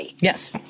Yes